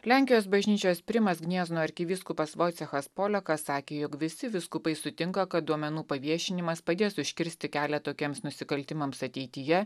lenkijos bažnyčios primas gniezno arkivyskupas vojcechas polekas sakė jog visi vyskupai sutinka kad duomenų paviešinimas padės užkirsti kelią tokiems nusikaltimams ateityje